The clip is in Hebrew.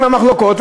עם המחלוקות?